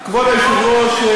כבוד היושב-ראש,